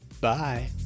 Bye